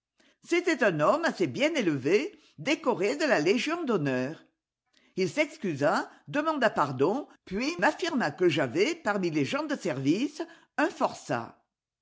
c'était un homme assez bien élevé décoré de la légion d'honneur il s'excusa demanda pardon puis m'af firma que j'avais parmi les gens de service un forçat